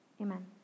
Amen